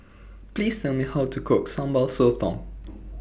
Please Tell Me How to Cook Sambal Sotong